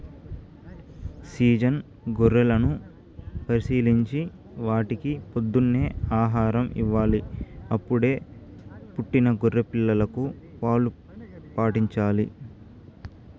season గొర్రెలను పరిశీలించి వాటికి పొద్దున్నే ఆహారం ఇవ్వాలి, అప్పుడే పుట్టిన గొర్రె పిల్లలకు పాలు పాట్టించాలి